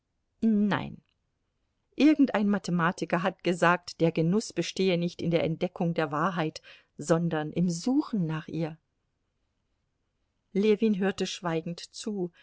nein irgendein mathematiker hat gesagt der genuß bestehe nicht in der entdeckung der wahrheit sondern im suchen nach ihr ljewin hörte schweigend zu